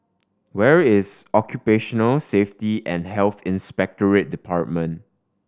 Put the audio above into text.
where is Occupational Safety and Health Inspectorate Department